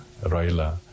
Raila